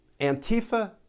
Antifa